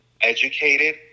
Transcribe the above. educated